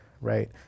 right